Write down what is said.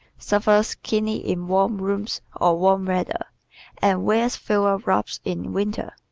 suffers keenly in warm rooms or warm weather and wears fewer wraps in winter.